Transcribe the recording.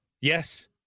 yes